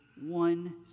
one